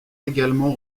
également